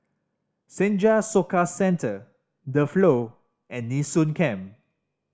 Senja Soka Centre The Flow and Nee Soon Camp